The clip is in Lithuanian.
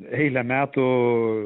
eilę metų